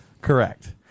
correct